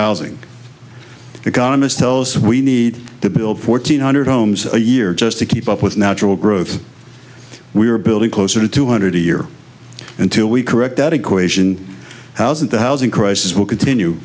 housing economists tells us we need to build fourteen hundred homes a year just to keep up with natural growth we are building closer to two hundred a year until we correct that equation housing the housing crisis will continue